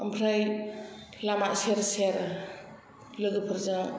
ओमफ्राय लामा सेर सेर लोगोफोरजों